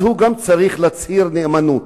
אז הוא גם צריך להצהיר נאמנות.